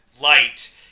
light